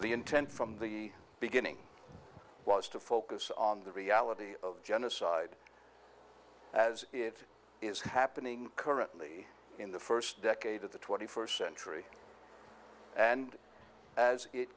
the intent from the beginning was to focus on the reality of genocide as it is happening currently in the first decade of the twenty first century and as it